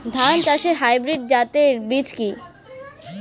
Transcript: ধান চাষের হাইব্রিড জাতের বীজ কি?